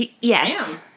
Yes